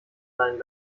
sein